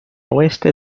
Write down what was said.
oeste